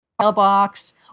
mailbox